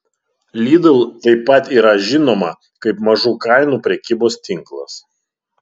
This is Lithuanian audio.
lidl taip pat yra žinoma kaip mažų kainų prekybos tinklas